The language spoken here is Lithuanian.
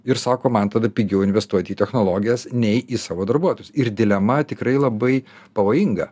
ir sako man tada pigiau investuot į technologijas nei į savo darbuotojus ir dilema tikrai labai pavojinga